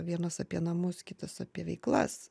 vienas apie namus kitas apie veiklas